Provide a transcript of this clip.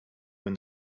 when